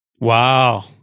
Wow